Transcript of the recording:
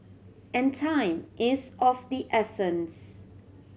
and time is of the essence